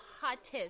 hottest